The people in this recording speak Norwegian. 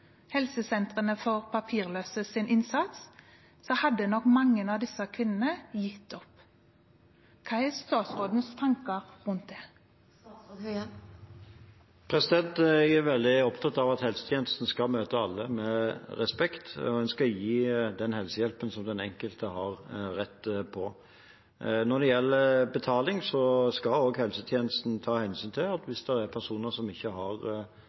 hadde nok mange av disse kvinnene gitt opp. Hva er statsrådens tanker om det? Jeg er veldig opptatt av at helsetjenesten skal møte alle med respekt, og en skal gi den helsehjelpen som den enkelte har rett på. Når det gjelder betaling, skal helsetjenesten ta hensyn til det hvis det er personer som ikke har